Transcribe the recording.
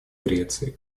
греции